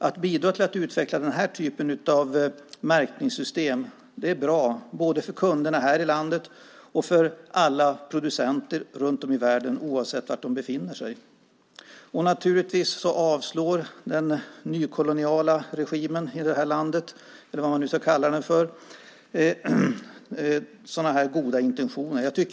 Att bidra till att utveckla den typen av märkningssystem är bra både för kunderna här i landet och för alla producenter runt om i världen oavsett var de befinner sig. Naturligtvis avslår den nykoloniala regimen i det här landet - eller vad man ska kalla den - sådana goda intentioner.